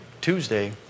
Tuesday